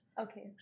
Okay